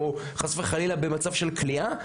או חס וחלילה במצב של כליאה,